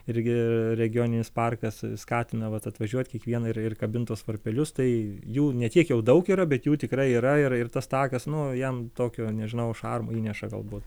irgi regioninis parkas skatina vat atvažiuot kiekvieną ir ir kabint tuos varpelius tai jų ne tiek jau daug yra bet jų tikrai yra ir ir tas takas nu jam tokio nežinau šarmo įneša galbūt